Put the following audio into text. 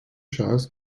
şahıs